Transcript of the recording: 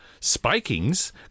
Spikings